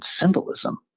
symbolism